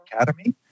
academy